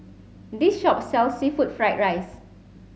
this shop sells seafood fried rice